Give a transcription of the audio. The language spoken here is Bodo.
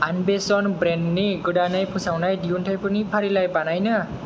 आनवेशन ब्रेन्डनि गोदानै फोसावनाय दिहुनथाइफोरनि फारिलाय बानायनो